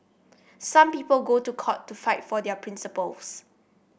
some people go to court to fight for their principles